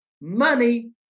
money